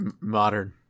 modern